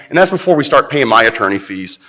and that's before we start paying my attorney fees.